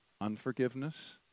unforgiveness